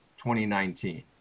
2019